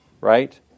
right